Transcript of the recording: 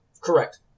Correct